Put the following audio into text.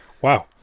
Wow